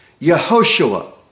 Yehoshua